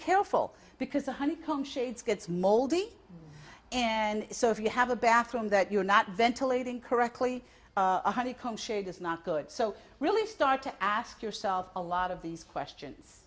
careful because one hundred young sheets gets moldy and so if you have a bathroom that you're not ventilating correctly honeycomb shade is not good so really start to ask yourself a lot of these questions